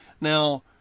Now